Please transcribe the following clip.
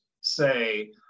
say